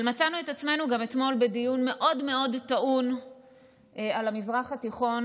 אבל מצאנו את עצמנו גם אתמול בדיון מאוד מאוד טעון על המזרח התיכון,